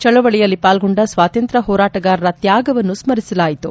ಚಳವಳಿಯಲ್ಲಿ ಪಾಲ್ಗೊಂಡ ಸ್ವಾತಂತ್ರ್ನ ಹೋರಾಟಗಾರರ ತ್ಯಾಗವನ್ನು ಸ್ಮರಿಸಲಾಯಿತು